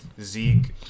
Zeke